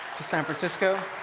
to san francisco.